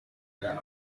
mukobwa